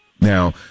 Now